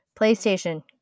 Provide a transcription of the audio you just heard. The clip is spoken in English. PlayStation